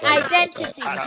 identity